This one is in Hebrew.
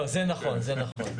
זה נכון.